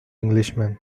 englishman